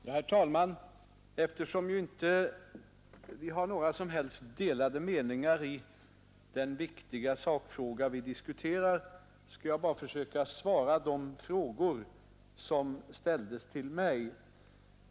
Herr talman! Eftersom vi inte har några som helst delade meningar i den viktiga sakfråga vi diskuterar, skall jag bara försöka besvara de frågor som ställts till mig.